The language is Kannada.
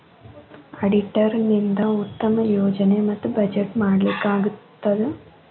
ಅಡಿಟರ್ ನಿಂದಾ ಉತ್ತಮ ಯೋಜನೆ ಮತ್ತ ಬಜೆಟ್ ಮಾಡ್ಲಿಕ್ಕೆ ಆಗ್ತದ